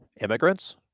immigrants